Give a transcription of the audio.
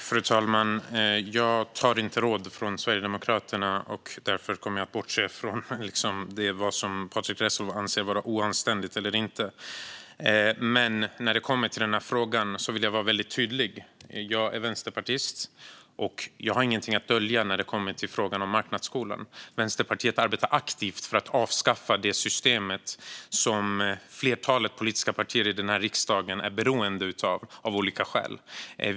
Fru talman! Jag tar inte råd från Sverigedemokraterna, och därför kommer jag att bortse från vad Patrick Reslow anser vara oanständigt eller inte. I den här frågan vill jag dock vara väldigt tydlig. Jag är vänsterpartist, och jag har ingenting att dölja när det kommer till frågan om marknadsskolan. Vänsterpartiet arbetar aktivt för att avskaffa det systemet, som flertalet politiska partier i denna riksdag är beroende av - av olika skäl.